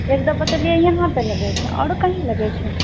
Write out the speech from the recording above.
एकटा बतेलियै यहाँपर लगै छै आरो कहीं लगै छै